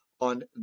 on